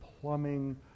plumbing